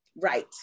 right